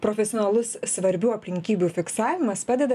profesionalus svarbių aplinkybių fiksavimas padeda